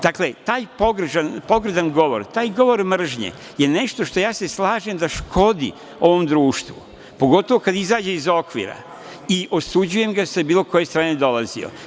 Dakle, taj pogrdan govor, taj govor mržnje je nešto, ja se slažem, što škodi ovom društvu, pogotovo kad izađe iz okvira i osuđujem ga sa bilo koje strane dolazio.